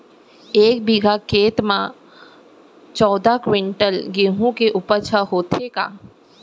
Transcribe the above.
एक बीघा खेत म का चौदह क्विंटल गेहूँ के उपज ह होथे का?